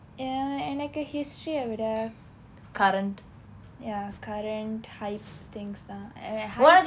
ah எனக்கு:enakku history eh விட:vida ya current hype things தான்:thaan eh hype